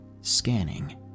scanning